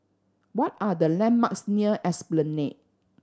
what are the landmarks near Esplanade